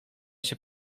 się